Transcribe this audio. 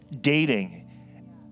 dating